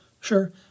Sure